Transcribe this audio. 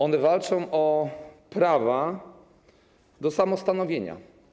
One walczą o prawo do samostanowienia.